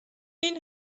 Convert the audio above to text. این